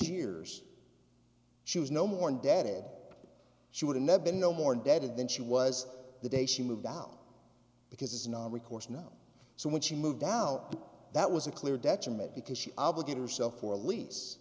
years she was no more and dad she would have never been no more dead than she was the day she moved out because it's non recourse now so when she moved out that was a clear detriment because she obligated to sell for a lease